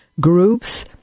Groups